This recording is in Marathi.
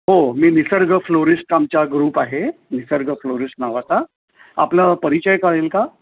हो मी निसर्ग फ्लोरिस्ट आमच्या ग्रुप आहे निसर्ग फ्लोरिस्ट नावाचा आपला परिचय कळेल का